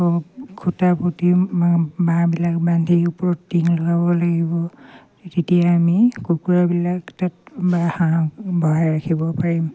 খুঁটা পুতি বাঁহবিলাক বান্ধি ওপৰত টিং লগাব লাগিব তেতিয়া আমি কুকুৰাবিলাক তাত বা হাঁহ ভৰাই ৰাখিব পাৰিম